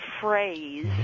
phrase